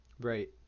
Right